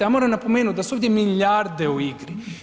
Ja moram napomenut da su ovdje milijarde u igri.